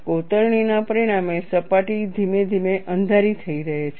કોતરણીના પરિણામે સપાટી ધીમે ધીમે અંધારી થઈ રહી છે